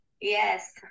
Yes